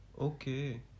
Okay